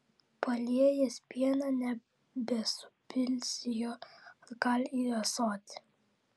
paliejęs pieną nebesupilsi jo atgal į ąsotį